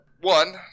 one